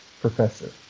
professor